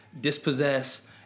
dispossess